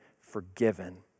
forgiven